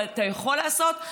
ואתה יכול לעשות,